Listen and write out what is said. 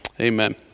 amen